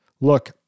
Look